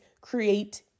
create